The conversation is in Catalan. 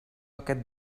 aquest